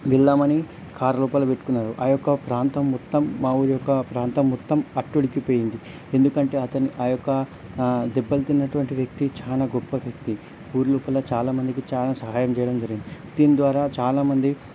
వెళ్దామని కారు లోపల పెట్టుకున్నారు ఆ యొక్క ప్రాంతం మొత్తం మా ఊరు యొక్క ప్రాంతం మొత్తం అట్టుడికిపోయింది ఎందుకంటే అతను ఆ యొక్క దెబ్బలు తిన్నటువంటి వ్యక్తి చానా గొప్ప వ్యక్తి ఊరు లోపల చాలా మందికి చానా సహాయం చేయడం జరిగింది దీని ద్వారా చాలామంది